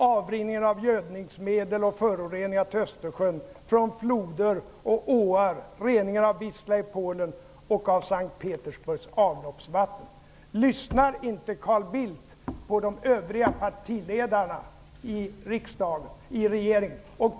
Lyssnar inte Carl Bildt på de övriga partiledarna i riksdagen och i regeringen?